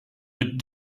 but